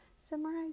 Summarize